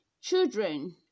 Children